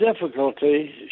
difficulty